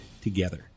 together